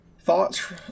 Thoughts